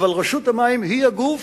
אבל רשות המים היא הגוף